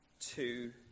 two